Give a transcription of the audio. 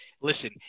listen